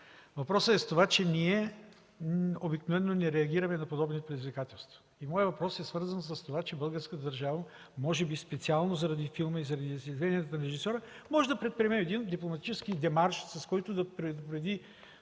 Въпросът е в това, че ние обикновено не реагираме на подобни предизвикателства. И моят въпрос е свързан с това, че българската държава, може би специално заради филма и заради изявленията на режисьора може да предприеме един дипломатически демарш, с който да предупреди